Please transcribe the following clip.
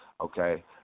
okay